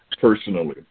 personally